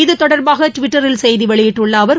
இது தொடர்பாக டுவிட்டரில் செய்தி வெளியிட்டுள்ள அவர்